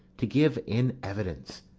to give in evidence.